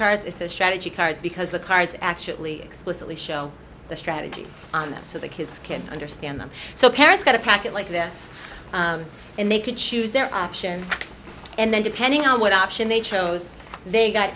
cards it's a strategy cards because the cards actually explicitly show the strategy so the kids can understand them so parents got a packet like this and they could choose their option and then depending on what option they chose they got